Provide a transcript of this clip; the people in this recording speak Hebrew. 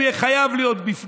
הוא יהיה חייב להיות בפנים.